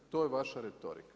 To je vaša retorika.